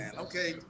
Okay